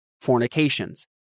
fornications